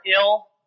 ill